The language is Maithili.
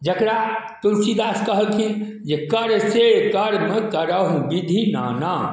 जकरा तुलसीदास कहलखिन जे कर से कर्म करहु बिधि नाना